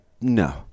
No